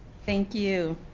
thank you.